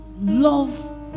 love